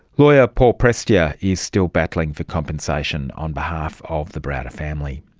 lawyer paul prestia is still battling for compensation on behalf of the browder family.